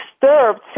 disturbed